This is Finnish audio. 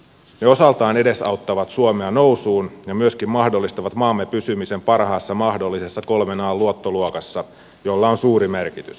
ne osaltaan edesauttavat suomea nousuun ja myöskin mahdollistavat maamme pysymisen parhaassa mahdollisessa kolmen an luottoluokassa millä on suuri merkitys